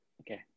okay